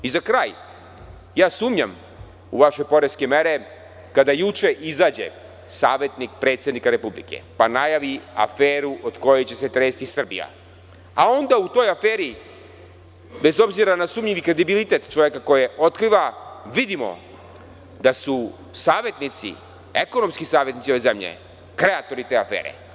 Za kraj, sumnjam u vaše evropske mere, kada juče izađe savetnik predsednika Republike pa najavi aferu od koje će se tresti Srbija, a onda u toj aferi bez obzira na sumnjivi kredibilitet čoveka koji je otkriva vidimo da su savetnici ekonomski ove zemlje kreatori te afere.